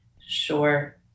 Sure